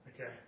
Okay